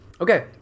Okay